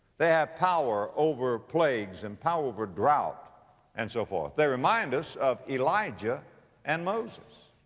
they have power over plagues and power over drought and so forth. they remind us of elijah and moses.